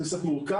זה קצת מורכב,